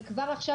וכבר עכשיו,